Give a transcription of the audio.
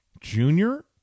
Junior